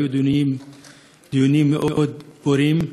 והיו דיונים מאוד פוריים,